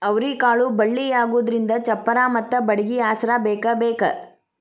ಅವ್ರಿಕಾಳು ಬಳ್ಳಿಯಾಗುದ್ರಿಂದ ಚಪ್ಪರಾ ಮತ್ತ ಬಡ್ಗಿ ಆಸ್ರಾ ಬೇಕಬೇಕ